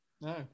No